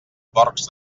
porcs